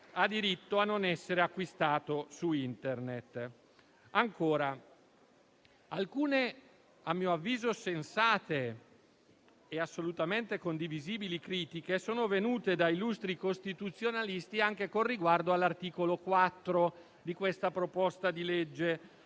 ha diritto a non essere acquistato su Internet. Ancora. Alcune critiche, a mio avviso sensate e assolutamente condivisibili, sono venute da illustri costituzionalisti anche con riguardo all'articolo 4 di questo disegno di legge: